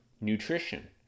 Nutrition